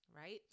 right